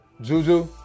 Juju